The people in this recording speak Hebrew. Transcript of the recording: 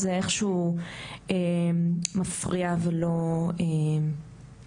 זה איכשהו מפריע ולא מדויק.